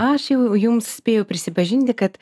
aš jau jums spėjau prisipažinti kad